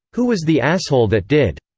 who was the asshole that did?